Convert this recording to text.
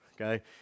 Okay